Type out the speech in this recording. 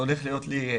זה הולך להיות לי ,